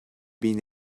been